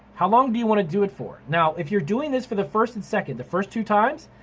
how long do you want to do it for? now, if you're doing this for the first and second, the first two times,